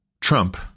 Trump